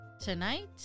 Tonight